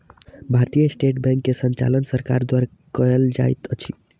भारतीय state bank के संचालन सरकार द्वारा कयल जाइत अछि